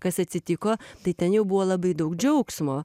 kas atsitiko tai ten jau buvo labai daug džiaugsmo